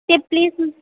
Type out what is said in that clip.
ते प्लीज मग